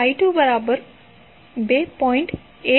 2A અનેi22